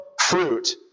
fruit